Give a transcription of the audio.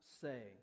say